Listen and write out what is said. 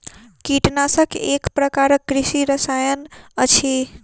कीटनाशक एक प्रकारक कृषि रसायन अछि